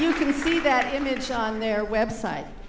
you can see that image on their website